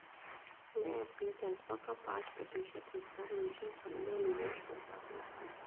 मैं अपनी तनख्वाह का पाँच प्रतिशत हिस्सा म्यूचुअल फंड में निवेश करता हूँ